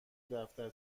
دفتر